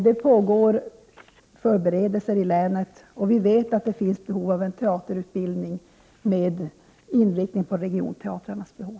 Det pågår förberedelser i länet, och vi vet att det finns behov av en teaterutbildning med inriktning på regionteatrarnas behov.